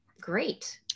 great